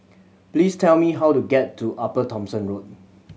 please tell me how to get to Upper Thomson Road